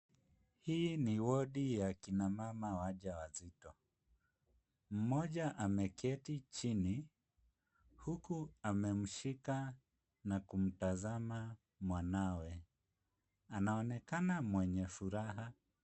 Hii ni wodi ya kina mama wajawazito, mmoja ameketi chini huku amemshika na kumtazama mwanawe , anaonekana mwenye furaha.